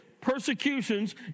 persecutions